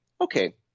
okay